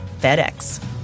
FedEx